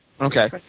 Okay